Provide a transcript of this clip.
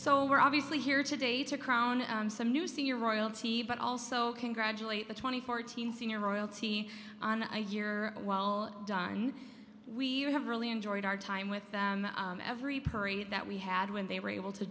so we're obviously here today to crown some new senior royalty but also congratulate the twenty four team senior royalty on a year well done we have really enjoyed our time with every parade that we had when they were able to